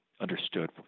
Understood